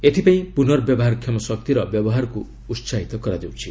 ଏଥିପାଇଁ ପୁନର୍ବ୍ୟବହାର କ୍ଷମ ଶକ୍ତିର ବ୍ୟବହାରକୁ ଉସାହିତ କରାଯାଉଛି